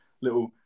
Little